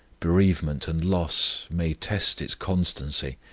bereavement and loss may test its constancy,